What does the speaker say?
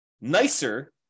nicer